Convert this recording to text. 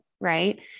right